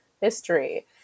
history